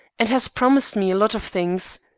and has promised me a lot of things.